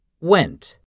went